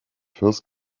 first